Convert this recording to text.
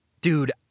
Dude